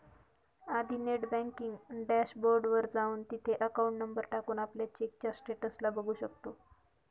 आधी net banking dashboard वर जाऊन, तिथे अकाउंट नंबर टाकून, आपल्या चेकच्या स्टेटस ला बघू शकतो